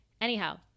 Anyhow